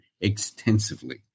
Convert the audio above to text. extensively